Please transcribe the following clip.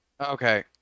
Okay